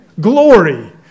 glory